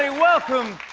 ah welcome.